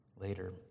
later